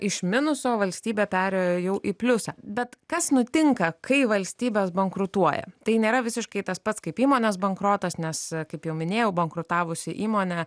iš minuso valstybė perėjo jau į pliusą bet kas nutinka kai valstybės bankrutuoja tai nėra visiškai tas pats kaip įmonės bankrotas nes kaip jau minėjau bankrutavusi įmonė